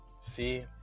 see